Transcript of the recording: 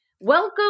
Welcome